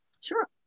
Sure